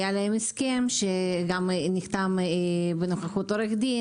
היה להם הסכם שנחתם בנוכחות עורך דין